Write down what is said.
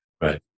Right